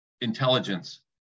intelligence